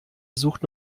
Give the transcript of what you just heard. sucht